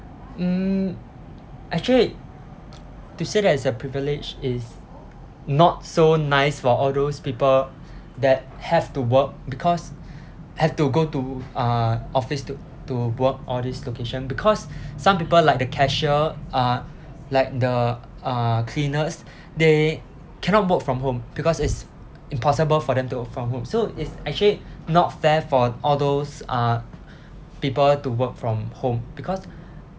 mm actually to say that is a privilege is not so nice for all those people that have to work because have to go to uh office to to work all these location because some people like the cashier uh like the uh cleaners they cannot work from home because it's impossible for them to work from home so it's actually not fair for all those uh people to work from home because